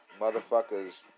motherfuckers